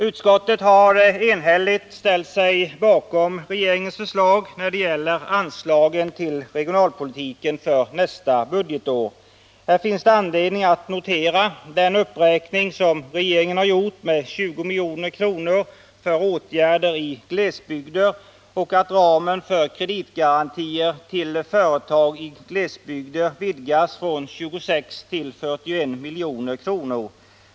Utskottet har enhälligt ställt sig bakom regeringens förslag när det gäller anslagen till regionalpolitiken för nästa budgetår. Här finns det anledning att notera den uppräkning med 20 milj.kr. som regeringen har gjort för åtgärder i glesbygder och för att vidga ramen för kreditgarantier till företag i glesbygder från 26 till 41 milj.kr.